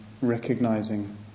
recognizing